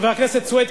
חבר הכנסת סוייד,